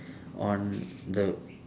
on the